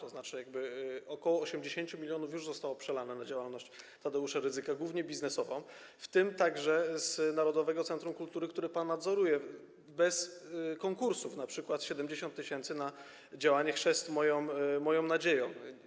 Około 80 mln już zostało przelane na działalność Tadeusza Rydzyka, głównie biznesową, w tym także z Narodowego Centrum Kultury, które pan nadzoruje, bez konkursów, np. 70 tys. na działanie „Chrzest moją nadzieją”